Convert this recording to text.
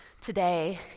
today